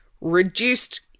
reduced